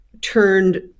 turned